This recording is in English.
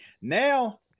now